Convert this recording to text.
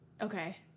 okay